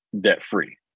debt-free